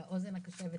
האוזן הקשבת,